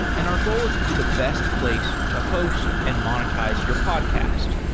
and our goal is to be the best place to host and monetize your podcast.